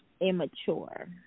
immature